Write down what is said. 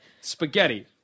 Spaghetti